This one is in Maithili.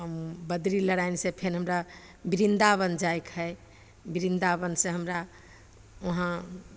बद्रीनारायणसे फेर हमरा वृन्दावन जाइके हइ वृन्दावनसे हमरा वहाँ